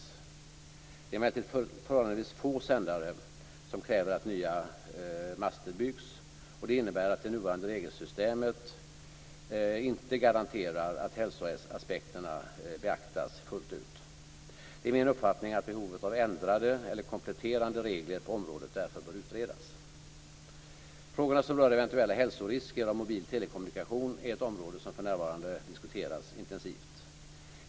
Det är emellertid förhållandevis få sändare som kräver att nya master byggs. Det innebär att det nuvarande regelsystemet inte garanterar att hälsoaspekterna beaktas fullt ut. Det är min uppfattning att behovet av ändrade eller kompletterande regler på området därför bör utredas. Frågorna som rör eventuella hälsorisker av mobil telekommunikation diskuteras för närvarande intensivt.